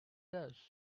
does